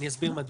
אסביר מדוע.